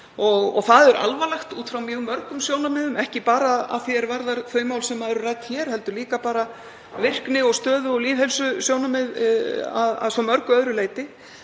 Það er alvarlegt út frá mjög mörgum sjónarmiðum, ekki bara að því er varðar þau mál sem eru rædd hér heldur líka bara virkni og stöðu og lýðheilsusjónarmiðum að svo mörgu öðru leyti.